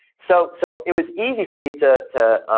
so so, it was easy for me to